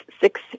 six